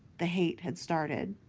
the hate had started.